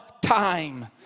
time